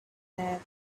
that